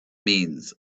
means